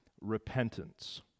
repentance